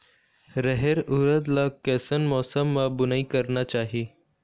रहेर उरद ला कैसन मौसम मा बुनई करना चाही?